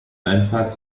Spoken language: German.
einfahrt